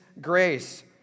grace